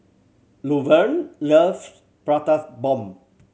Luverne love Prata Bomb